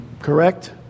Correct